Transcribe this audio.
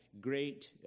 great